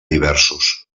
diversos